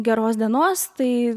geros dienos tai